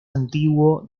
antiguo